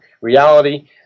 reality